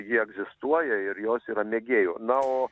ji egzistuoja ir jos yra mėgėjų na o